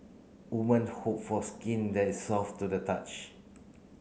woman hope for skin that is soft to the touch